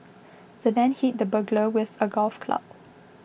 the man hit the burglar with a golf club